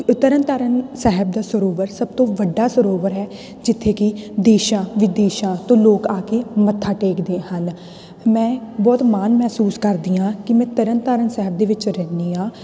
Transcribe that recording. ਤਰਨਤਾਰਨ ਸਾਹਿਬ ਦਾ ਸਰੋਵਰ ਸਭ ਤੋਂ ਵੱਡਾ ਸਰੋਵਰ ਹੈ ਜਿੱਥੇ ਕਿ ਦੇਸ਼ਾਂ ਵਿਦੇਸ਼ਾਂ ਤੋਂ ਲੋਕ ਆ ਕੇ ਮੱਥਾ ਟੇਕਦੇ ਹਨ ਮੈਂ ਬਹੁਤ ਮਾਨ ਮਹਿਸੂਸ ਕਰਦੀ ਹਾਂ ਕਿ ਮੈਂ ਤਰਨ ਤਾਰਨ ਸਾਹਿਬ ਦੇ ਵਿੱਚ ਰਹਿੰਦੀ ਹਾਂ